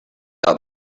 out